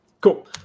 cool